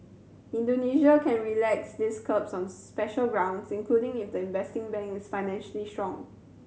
Indonesia can relax these curbs on special grounds including if the investing bank is financially strong